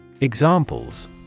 Examples